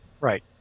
Right